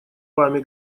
вами